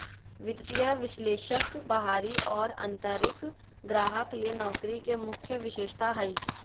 वित्तीय विश्लेषक बाहरी और आंतरिक ग्राहक ले नौकरी के मुख्य विशेषता हइ